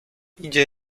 idzie